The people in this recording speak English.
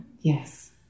yes